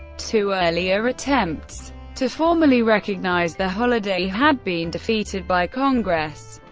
two earlier attempts to formally recognize the holiday had been defeated by congress.